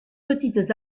petites